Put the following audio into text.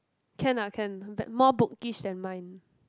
can ah can back more bookish than mine